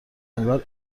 انگار